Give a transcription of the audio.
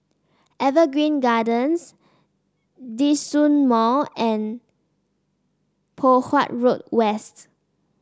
Evergreen Gardens Djitsun Mall and Poh Huat Road West